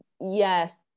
yes